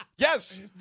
Yes